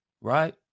right